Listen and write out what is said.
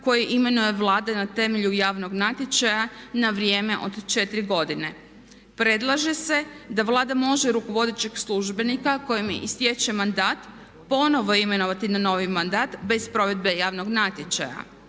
koje imenuje Vlada na temelju javnog natječaja na vrijeme od 4 godine. Predlaže se da Vlada može rukovodećeg službenika kojem istječe mandat ponovno imenovati na novi mandat bez provedbe javnog natječaja.